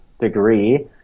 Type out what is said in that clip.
degree